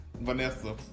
Vanessa